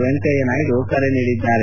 ವೆಂಕಯ್ಯ ನಾಯ್ಡು ಕರೆ ನೀಡಿದ್ದಾರೆ